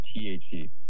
THC